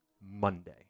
Monday